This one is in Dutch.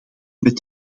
met